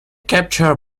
capture